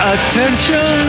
attention